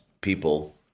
people